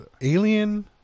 Alien